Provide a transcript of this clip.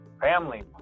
family